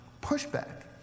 Pushback